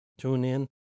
TuneIn